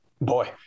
boy